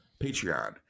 patreon